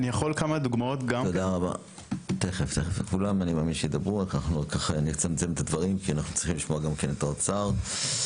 תודה רבה, תודה לגברת יונת בורנשטיין.